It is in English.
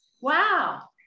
Wow